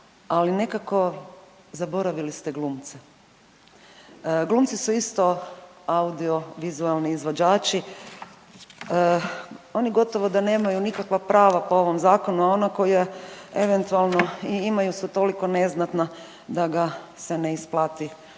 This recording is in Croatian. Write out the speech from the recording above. ali nekako zaboravili ste glumce. Glumci su isto audiovizualni izvođači, oni gotovo da nemaju nikakva prava po ovom zakonu, a ona koja eventualno i imaju su toliko neznatna da ga se ne isplati